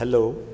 hello